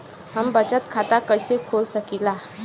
हम बचत खाता कईसे खोल सकिला?